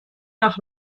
nach